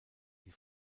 die